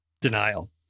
denial